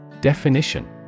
Definition